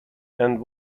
and